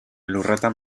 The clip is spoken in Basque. lurretan